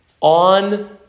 On